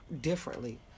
differently